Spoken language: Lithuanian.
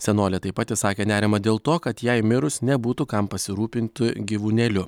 senolė taip pat išsakė nerimą dėl to kad jai mirus nebūtų kam pasirūpinti gyvūnėliu